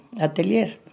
atelier